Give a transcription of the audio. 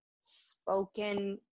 spoken